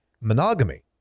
monogamy